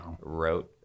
wrote